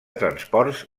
transports